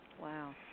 Wow